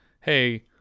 hey